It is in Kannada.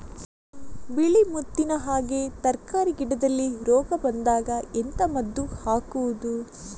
ಬಿಳಿ ಮುತ್ತಿನ ಹಾಗೆ ತರ್ಕಾರಿ ಗಿಡದಲ್ಲಿ ರೋಗ ಬಂದಾಗ ಎಂತ ಮದ್ದು ಹಾಕುವುದು?